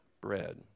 Bread